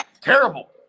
terrible